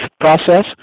process